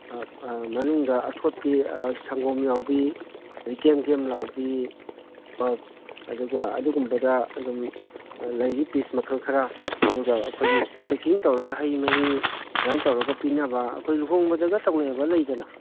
ꯃꯅꯨꯡꯗ ꯑꯊꯣꯠꯄꯤ ꯁꯪꯒꯣꯝ ꯌꯥꯎꯕꯤ ꯑꯗꯒꯤ ꯒꯦꯝ ꯒꯦꯝ ꯂꯥꯎꯕꯤ ꯑꯗꯨꯒ ꯑꯗꯨꯒꯨꯝꯕꯗ ꯑꯗꯨꯝ ꯂꯩꯔꯤ ꯄꯤꯁ ꯃꯈꯜ ꯈꯔ ꯑꯗꯨꯒ ꯑꯩꯈꯣꯏꯒꯤ ꯄꯦꯛꯀꯤꯡ ꯇꯧꯔꯒ ꯍꯩ ꯃꯍꯤ ꯑꯗꯨꯃꯥꯏꯅ ꯇꯧꯔꯒ ꯄꯤꯅꯕ ꯑꯩꯈꯣꯏ ꯂꯨꯍꯣꯡꯕꯗꯒ ꯇꯧꯅꯕ ꯂꯩꯗꯅ